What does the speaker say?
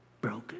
broken